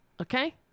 Okay